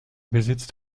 besitzt